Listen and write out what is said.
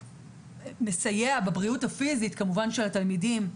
מסייע בבריאות הפיזית, כמובן, של התלמידים,